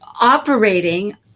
operating